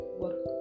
work